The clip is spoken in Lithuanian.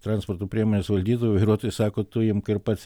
transporto priemonės valdytojui vairuotojui sako tu imk ir pats